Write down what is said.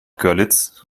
görlitz